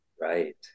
Right